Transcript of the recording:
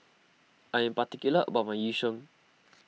I am particular about my Yu Sheng